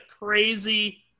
crazy